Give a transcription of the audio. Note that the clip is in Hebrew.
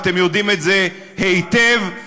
ואתם יודעים את זה היטב, לבדוק,